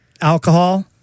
alcohol